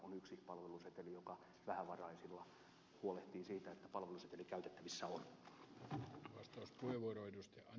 on yksi palveluseteli joka vähävaraisilla huolehtii siitä että palveluseteli käytettävissä on